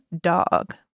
dog